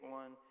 one